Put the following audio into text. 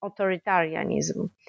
authoritarianism